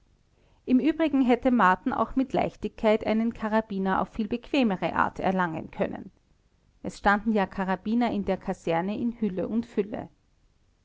im übrigen hätte marten auch mit leichtigkeit einen karabiner auf viel bequemere art erlangen können es standen ja karabiner in der kaserne in hülle und fülle